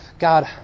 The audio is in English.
God